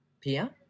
Pia